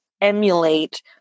emulate